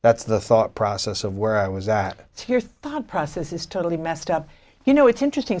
that's the thought process of where i was that it's here thought process is totally messed up you know it's interesting